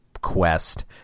quest